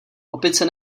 opice